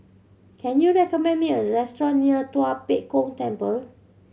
can you recommend me a restaurant near Tua Pek Kong Temple